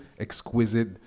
exquisite